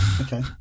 Okay